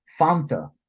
Fanta